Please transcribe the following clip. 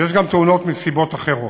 יש גם תאונות מסיבות אחרות.